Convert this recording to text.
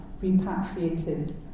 repatriated